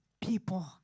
people